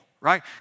right